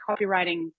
copywriting